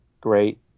great